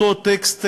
אותו טקסט,